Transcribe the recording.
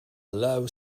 low